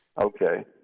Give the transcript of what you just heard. Okay